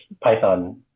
Python